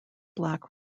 black